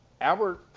Albert